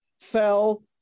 fell